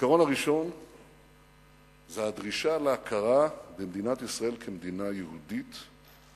העיקרון הראשון זה הדרישה להכרה במדינת ישראל כמדינה יהודית,